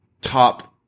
top